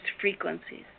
frequencies